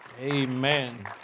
amen